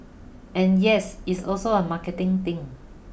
and yes it's also a marketing thing